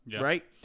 Right